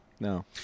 No